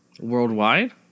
Worldwide